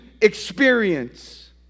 experience